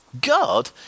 God